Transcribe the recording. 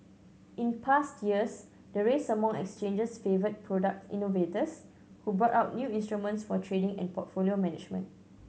in past years the race among exchanges favoured product innovators who brought out new instruments for trading and portfolio management